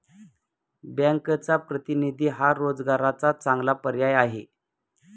बँकचा प्रतिनिधी हा रोजगाराचा चांगला पर्याय आहे